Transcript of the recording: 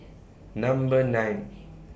Number nine